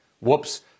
whoops